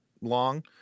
long